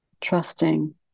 trusting